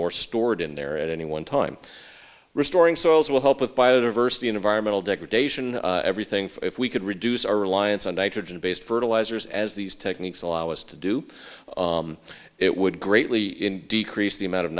more stored in there at any one time restoring soils will help with biodiversity environmental degradation everything from if we could reduce our reliance on nitrogen based fertilizers as these techniques allow us to do it would greatly in decrease the amount of